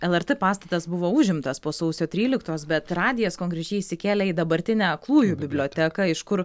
lrt pastatas buvo užimtas po sausio tryliktos bet radijas konkrečiai įsikėlę į dabartinę aklųjų biblioteką iš kur